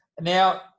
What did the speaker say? Now